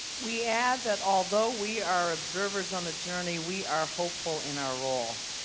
we add that although we are observers on the journey, we are hopeful in our role.